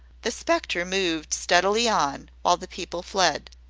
the spectre moved steadily on, while the people fled.